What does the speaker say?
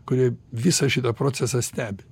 kurie visą šitą procesą stebi